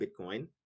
Bitcoin